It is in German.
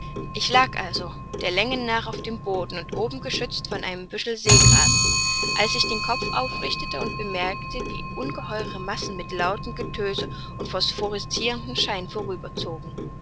ich lag also der länge nach auf dem boden und oben geschützt von einem büschel seegras als ich den kopf aufrichtete und bemerkte wie ungeheure massen mit lautem getöse und phosphorescirendem schein